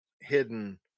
hidden